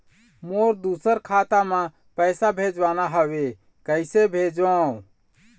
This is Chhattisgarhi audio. मोर दुसर खाता मा पैसा भेजवाना हवे, कइसे भेजों?